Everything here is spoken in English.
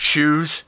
shoes